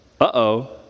uh-oh